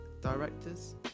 directors